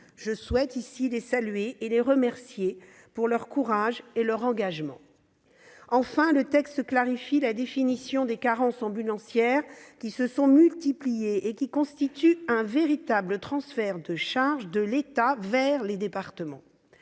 Je souhaite les saluer et les remercier pour leur courage et leur engagement. En troisième lieu, le texte clarifie la définition des carences ambulancières, qui se sont multipliées et qui constituent un véritable transfert de charges de l'État vers les départements.